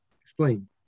Explain